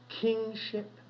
kingship